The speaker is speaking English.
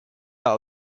out